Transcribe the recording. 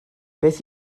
beth